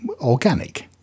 organic